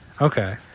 Okay